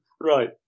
Right